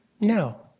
No